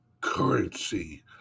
currency